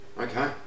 Okay